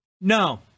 no